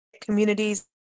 communities